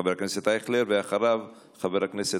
חבר הכנסת